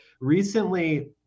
recently